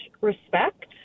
respect